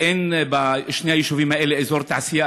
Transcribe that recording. אין בשני היישובים האלה אזור תעשייה,